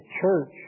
church